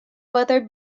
weather